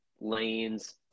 lanes